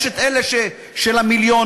יש אלה של המיליונים,